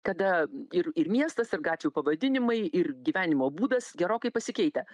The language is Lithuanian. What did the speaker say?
kada ir ir miestas ir gatvių pavadinimai ir gyvenimo būdas gerokai pasikeitę